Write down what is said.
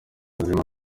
buzima